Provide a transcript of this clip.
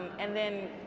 and then,